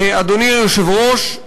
אדוני היושב-ראש,